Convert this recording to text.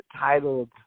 titled